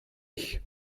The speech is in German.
ich